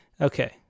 Okay